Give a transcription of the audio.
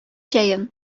җәен